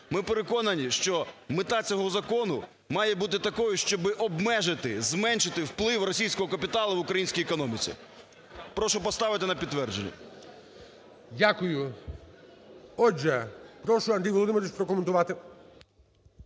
ми переконані, що мета цього закону має бути такою, щоби обмежити, зменшити вплив російського капіталу в українській економіці. Прошу поставити на підтвердження. ГОЛОВУЮЧИЙ. Дякую. Отже, прошу, Андрію Володимировичу, прокоментувати.